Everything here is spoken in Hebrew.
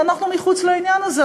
ואנחנו מחוץ לעניין הזה,